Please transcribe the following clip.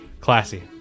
Classy